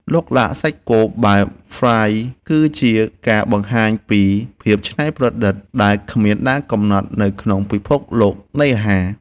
ឡុកឡាក់សាច់គោបែបហ្វ្រាយស៍គឺជាការបង្ហាញពីភាពច្នៃប្រឌិតដែលគ្មានដែនកំណត់នៅក្នុងពិភពលោកនៃអាហារ។